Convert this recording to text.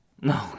No